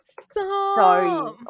Sorry